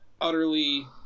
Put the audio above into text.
utterly